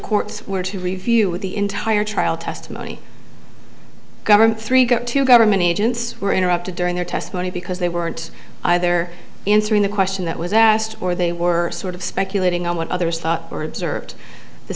court were to review with the entire trial testimony government three go to government agents were interrupted during their testimony because they weren't either answering the question that was asked or they were sort of speculating on what others thought or